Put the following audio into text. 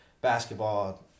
basketball